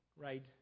right